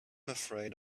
afraid